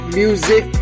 music